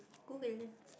Google